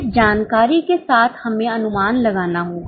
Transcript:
इस जानकारी के साथ हमें अनुमान लगाना होगा